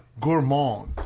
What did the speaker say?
gourmand